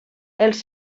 els